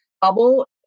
bubble